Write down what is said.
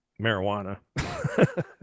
marijuana